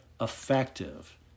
effective